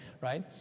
Right